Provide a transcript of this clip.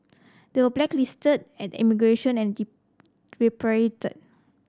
they were blacklisted at immigration and repatriated